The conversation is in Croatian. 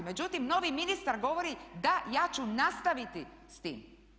Međutim novi ministar govori da ja ću nastaviti s tim.